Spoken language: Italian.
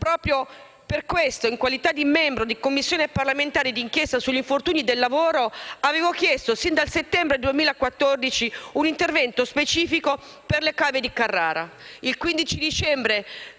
Proprio per questo, in qualità di membro della Commissione parlamentare d'inchiesta sul fenomeno degli infortuni sul lavoro, avevo chiesto sin dal settembre 2014 un intervento specifico sulle cave di marmo di Carrara. Il 15 dicembre